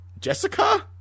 Jessica